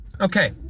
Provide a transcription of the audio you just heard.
Okay